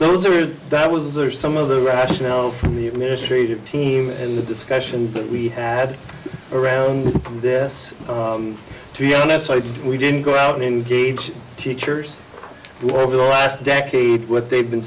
those are that was or some of the rationale from the administrators team and the discussions that we had around this to be honest so we didn't go out and engage teachers or over the last decade what they've been